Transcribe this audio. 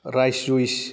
rice juice